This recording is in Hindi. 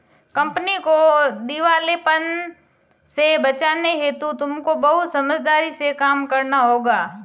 कंपनी को दिवालेपन से बचाने हेतु तुमको बहुत समझदारी से काम करना होगा